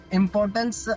importance